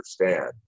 understand